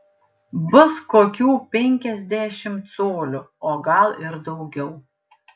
bus kokių penkiasdešimt colių o gal ir daugiau